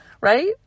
Right